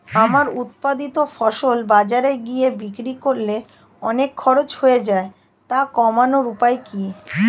আমার উৎপাদিত ফসল বাজারে গিয়ে বিক্রি করলে অনেক খরচ হয়ে যায় তা কমানোর উপায় কি?